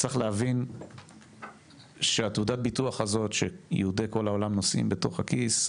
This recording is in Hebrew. צריך להבין שתעודת הביטוח הזאת שיהודי כל העולם נושאים בכיס,